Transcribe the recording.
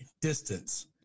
distance